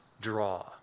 draw